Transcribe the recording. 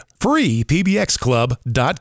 freepbxclub.com